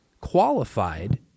qualified